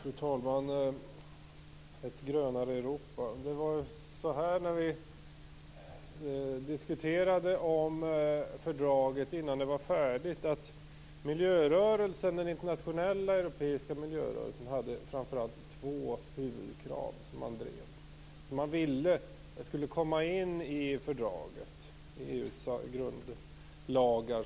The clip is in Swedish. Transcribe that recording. Fru talman! Ronny Olander talar om ett grönare Europa. När vi diskuterade fördraget innan det var färdigt hade man i den internationella europeiska miljörörelsen framför allt två huvudkrav som man drev och som man ville skulle komma in i fördraget och i EU:s grundlagar.